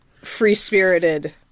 free-spirited